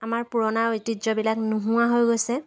আমাৰ পুৰণা ঐতিহ্যবিলাক নোহোৱা হৈ গৈছে